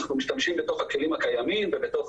אנחנו משתמשים בכלים הקיימים ובתוך